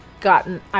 gotten